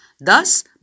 thus